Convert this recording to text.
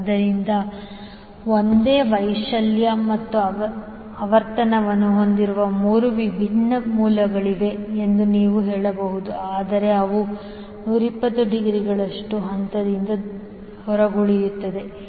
ಆದ್ದರಿಂದ ಒಂದೇ ವೈಶಾಲ್ಯ ಮತ್ತು ಆವರ್ತನವನ್ನು ಹೊಂದಿರುವ 3 ವಿಭಿನ್ನ ಮೂಲಗಳಿವೆ ಎಂದು ನೀವು ಹೇಳಬಹುದು ಆದರೆ ಅವು 120 ಡಿಗ್ರಿಗಳಷ್ಟು ಹಂತದಿಂದ ಹೊರಗುಳಿಯುತ್ತವೆ